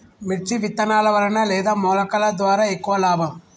మిర్చి విత్తనాల వలన లేదా మొలకల ద్వారా ఎక్కువ లాభం?